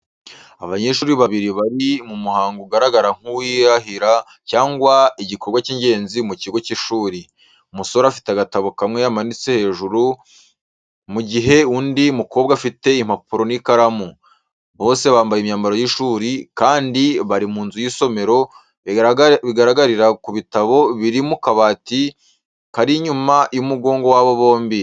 Abanyeshuri babiri bari mu muhango ugaragara nk’uw’irahira cyangwa igikorwa cy’ingenzi mu kigo cy’ishuri. Umusore afite agatabo kamwe yamanitse hejuru, mu gihe undi mukobwa afite impapuro n’ikaramu. Bose bambaye imyambaro y’ishuri, kandi bari mu nzu y’isomero, bigaragarira ku bitabo biri mu kabati kari inyuma y'umugongo wabo bombi.